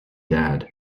dad